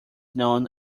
known